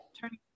turning